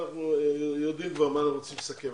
אני רוצה לסכם.